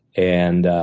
and